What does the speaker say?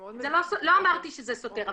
לא אמרתי שזה סותר.